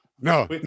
no